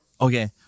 okay